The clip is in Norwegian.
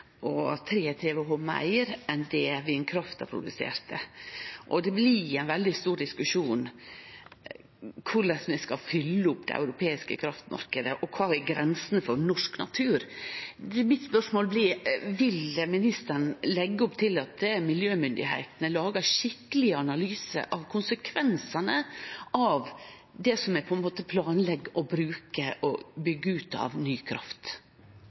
meir enn vindkrafta produserte. Det blir ein veldig stor diskusjon korleis vi skal fylle opp den europeiske kraftmarknaden, og kva som er grensa for norsk natur. Mitt spørsmål blir: Vil ministeren leggje opp til at miljømyndigheitene lagar skikkelege analysar av konsekvensane av det ein planlegg å bruke og byggje ut av ny kraft?